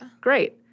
Great